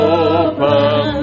open